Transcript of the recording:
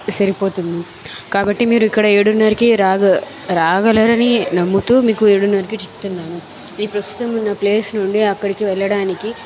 సరిపోతుంది కాబట్టి మీరు ఇక్కడ ఏడున్నరకే రాగ రాగలరని నమ్ముతూ మీకు ఏడున్నరకు చెప్తున్నాను ఈ ప్రస్తుతం ఉన్న ప్లేస్ నుండి అక్కడికి వెళ్ళడానికి